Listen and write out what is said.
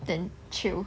then chill